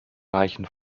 reichen